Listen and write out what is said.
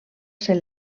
ser